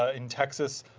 ah in texas,